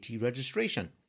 registration